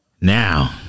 Now